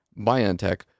BioNTech